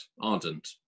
ardent